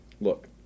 look